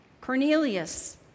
Cornelius